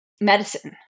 medicine